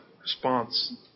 response